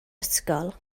ysgol